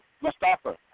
Mustafa